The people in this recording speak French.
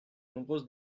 nombreuses